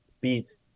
beats